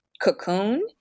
cocoon